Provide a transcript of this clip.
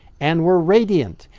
and were radiant,